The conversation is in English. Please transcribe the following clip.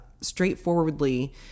straightforwardly